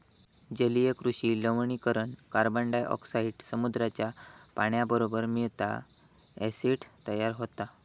जलीय कृषि लवणीकरण कार्बनडायॉक्साईड समुद्राच्या पाण्याबरोबर मिळता, ॲसिड तयार होता